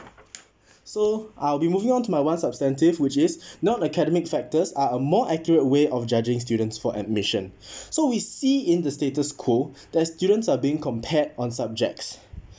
so I'll be moving on to my one substantive which is non academic factors are a more accurate way of judging students for admission so we see in the status quo that students are being compared on subjects